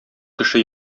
кеше